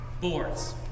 boards